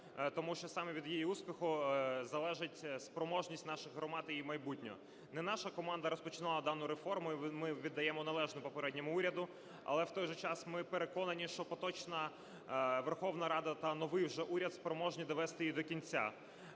тому що саме від її успіху залежить спроможність наших громад, її майбутнє. Не наша команда розпочинала дану реформу, і ми віддаємо належне попередньому уряду, але, в той же час, ми переконані, що поточна Верховна Рада та новий вже уряд спроможні довести її до кінця.